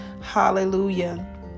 Hallelujah